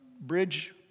bridge